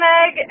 Meg